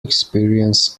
experience